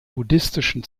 buddhistischen